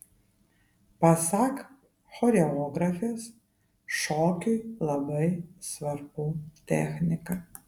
pasak choreografės šokiui labai svarbu technika